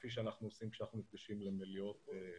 כפי שאנחנו עושים עת אנחנו נפגשים במליאות פיזיות.